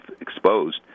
exposed